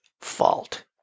fault